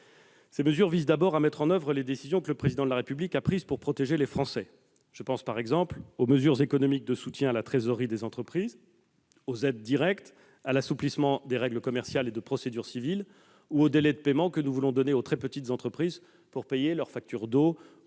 Ces mesures visent d'abord à mettre en oeuvre les décisions que le Président de la République a prises pour protéger les Français. Je pense par exemple aux mesures économiques de soutien à la trésorerie des entreprises, aux aides directes, à l'assouplissement des règles commerciales et de procédure civile ou aux délais que nous voulons accorder aux très petites entreprises pour payer leurs factures d'eau